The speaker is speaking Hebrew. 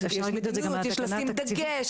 יש לשים דגש,